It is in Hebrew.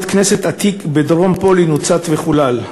בית-כנסת עתיק בדרום-פולין הוצת וחולל.